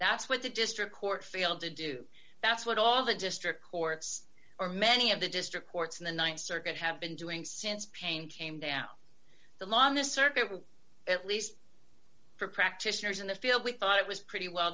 that's what the district court failed to do that's what all the district courts or many of the district courts in the th circuit have been doing since pain came down the law on the circuit at least for practitioners in the field we thought it was pretty well